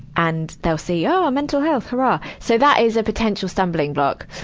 and they'll see, oh, mental health hurrah. so that is a potential stumbling block.